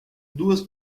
duas